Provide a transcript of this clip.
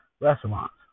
Restaurants